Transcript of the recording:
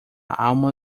alma